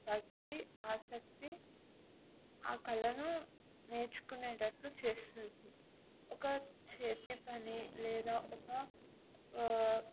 భక్తి ఆసక్తి ఆ కళను నేర్చుకునేటట్లు చేస్తుంది ఒక చేతి పని లేదా ఒక